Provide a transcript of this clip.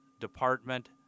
department